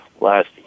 last